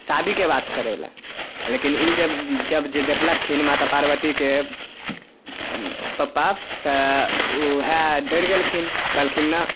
शादी के बात करै लए लेकिन ई जे जब जे देखलखिन माता पार्वती के पप्पा तऽ ऊहए डैर गेलखिन कहलखिन ना